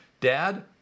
dad